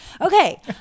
Okay